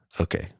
okay